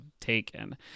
taken